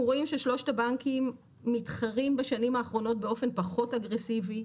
אנחנו רואים ששלושת הבנקים מתחרים בשנים האחרונות באופן פחות אגרסיבי,